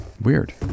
Weird